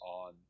on